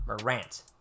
Morant